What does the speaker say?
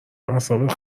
اعصابت